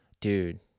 dude